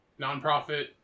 Nonprofit